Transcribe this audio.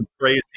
crazy